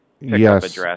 Yes